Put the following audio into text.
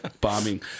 Bombing